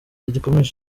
rigikomeje